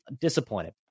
disappointed